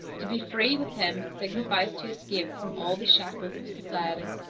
to be free, with him, signifies to escape from all the shackles of society.